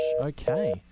Okay